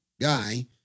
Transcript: guy